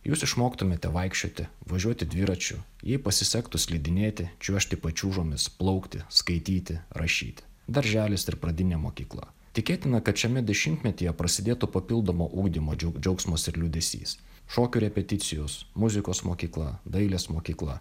jūs išmoktumėte vaikščioti važiuoti dviračiu jei pasisektų slidinėti čiuožti pačiūžomis plaukti skaityti rašyti darželis ir pradinė mokykla tikėtina kad šiame dešimtmetyje prasidėtų papildomo ugdymo džiaug džiaugsmas ir liūdesys šokių repeticijos muzikos mokykla dailės mokykla